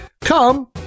Come